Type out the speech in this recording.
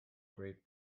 great